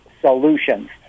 solutions